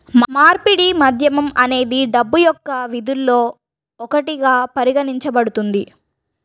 మార్పిడి మాధ్యమం అనేది డబ్బు యొక్క విధుల్లో ఒకటిగా పరిగణించబడుతుంది